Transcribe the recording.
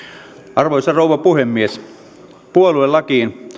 arvoisa rouva puhemies puoluelakiin